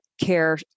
care